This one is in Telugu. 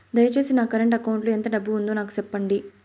దయచేసి నా కరెంట్ అకౌంట్ లో ఎంత డబ్బు ఉందో నాకు సెప్పండి